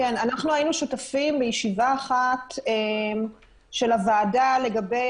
היינו שותפים בישיבה אחת של הוועדה לגבי